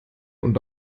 und